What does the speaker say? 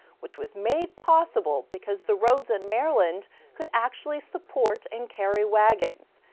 which was made possible because the roads in maryland could actually support and carry wagons.